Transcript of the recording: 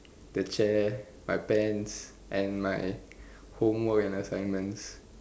the chair my pants and my homework and assignments